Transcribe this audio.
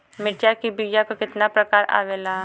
मिर्चा के बीया क कितना प्रकार आवेला?